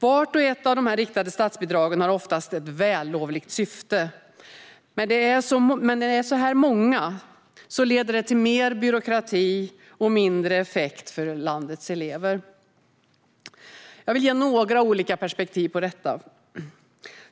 Vart och ett av de riktade statsbidragen har oftast ett vällovligt syfte, men när de är så många leder det till mer byråkrati och mindre effekt för landets elever. Jag vill ge några olika perspektiv på detta.